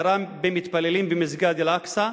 ירה במתפללים במסגד אל-אקצא,